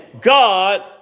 God